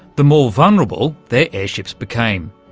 the more vulnerable their airships became.